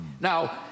Now